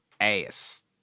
Ass